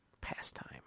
pastime